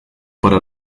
para